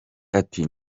ati